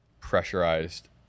pressurized